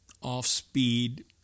off-speed